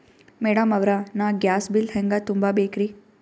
Madam ಅವ್ರ, ನಾ gas bill ಹೆಂಗ ತುಂಬಾ ಬೇಕ್ರಿ?